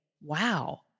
wow